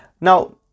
Now